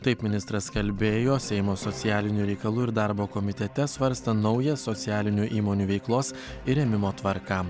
taip ministras kalbėjo seimo socialinių reikalų ir darbo komitete svarstant naują socialinių įmonių veiklos ir rėmimo tvarką